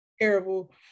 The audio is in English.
Terrible